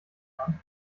entfernt